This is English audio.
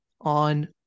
on